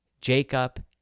Jacob